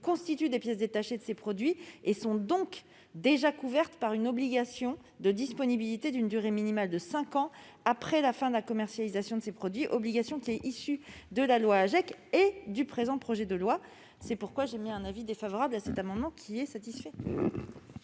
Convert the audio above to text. constituent des pièces détachées de ces produits et sont donc déjà couvertes par une obligation de disponibilité d'une durée minimale de cinq ans après la fin de la commercialisation de ces produits, obligation qui est issue de la loi AGEC et du présent projet de loi. C'est pourquoi j'émets un avis défavorable sur ces amendements, qui sont satisfaits.